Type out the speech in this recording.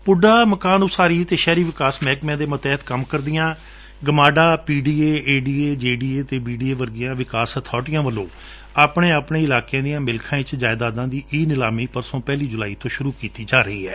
ਪੁੱਡਾ ਮਕਾਨ ਉਸਾਰੀ ਅਤੇ ਸ਼ਹਿਰੀ ਵਿਕਾਸ ਮਹਿਕਮਿਆਂ ਦੇ ਮਾਤਹਿੱਤ ਕੰਮ ਕਰਦੀਆਂ ਗਮਾਡਾ ਪੀਡੀਏ ਏਡੀਏ ਜੇਡੀਏ ਅਤੇ ਬੀਡੀਏ ਵਰਗੀਆਂ ਵਿਕਾਸ ਅਬਾਰਟੀਆਂ ਵੱਲੋਂ ਆਪਣੇ ਆਪਣੇ ਇਲਾਕਿਆਂ ਦੀਆਂ ਮਿਲਖਾਂ ਚ ਜਾਇਦਾਦਾਂ ਦੀ ਈ ਨਿਲਾਮੀ ਪਰਸੋ ਪਹਿਲੀ ਜੁਲਾਈ ਤੋ ਸ਼ੁਰੂ ਕੀਡੀ ਜਾ ਰਹੀ ਏ